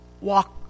walk